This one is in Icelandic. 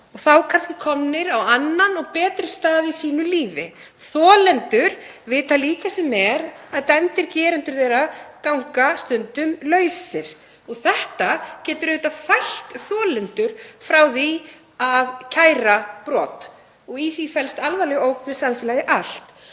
og þá kannski komnir á annan og betri stað í sínu lífi. Þolendur vita líka sem er að dæmdir gerendur þeirra ganga stundum lausir. Þetta getur auðvitað fælt þolendur frá því að kæra brot og í því felst alvarleg ógn við samfélagið allt.